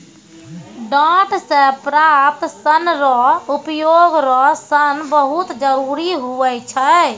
डांट से प्राप्त सन रो उपयोग रो सन बहुत जरुरी हुवै छै